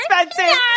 expensive